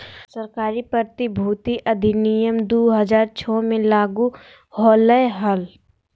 सरकारी प्रतिभूति अधिनियम दु हज़ार छो मे लागू होलय हल